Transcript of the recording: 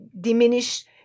diminish